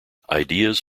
ideas